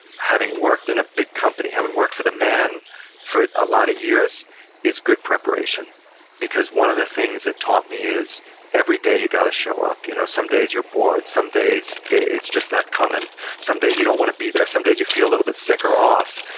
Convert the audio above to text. having worked in a big company, having worked for the man for a lot of years is good preparation because one of the things it taught me is every day you got to show up. you know some days you're bored, some days it's just not coming, some days you don't want to be there, some days you feel a little bit sick or off.